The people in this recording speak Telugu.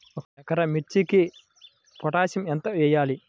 ఒక ఎకరా మిర్చీకి పొటాషియం ఎంత వెయ్యాలి?